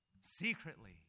secretly